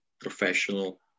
professional